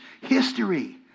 history